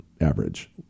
average